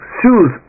shoes